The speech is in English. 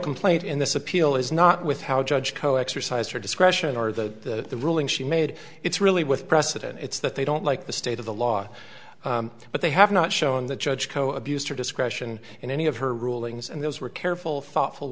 complaint in this appeal is not with how judge co exercised her discretion or that the ruling she made it's really with precedent it's that they don't like the state of the law but they have not shown that judge poe abused her discretion in any of her rulings and those were careful thoughtful